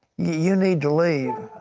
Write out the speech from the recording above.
you need to leave.